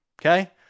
okay